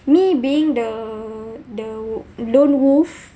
me being the the lone wolf